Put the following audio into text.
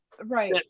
right